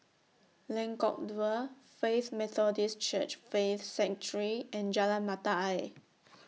Lengkok Dua Faith Methodist Church Faith Sanctuary and Jalan Mata Ayer